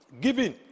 giving